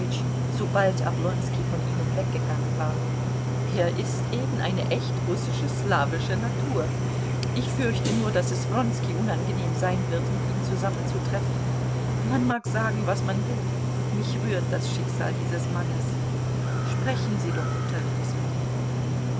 sobald oblonski von ihnen weggegangen war er ist eben eine echt russische slawische natur ich fürchte nur daß es wronski unangenehm sein wird mit ihm zusammenzutreffen man mag sagen was man will mich rührt das schicksal dieses mannes sprechen sie doch unterwegs mit ihm